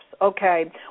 okay